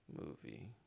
Movie